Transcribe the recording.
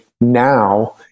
now